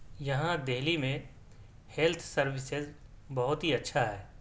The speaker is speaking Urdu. یہاں دہلی میں ہیلتھ سروسز بہت ہی اچھا ہے